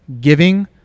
giving